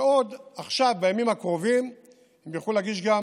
ועכשיו בימים הקרובים הם יוכלו להגיש גם